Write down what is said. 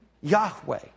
Yahweh